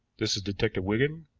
this is detective wigan